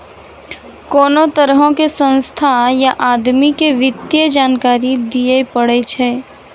कोनो तरहो के संस्था या आदमी के वित्तीय जानकारी दियै पड़ै छै